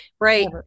right